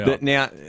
now